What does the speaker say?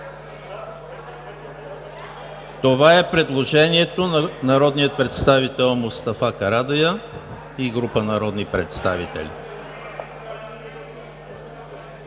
Това е предложението на народния представител Мустафа Карадайъ и група народни представители.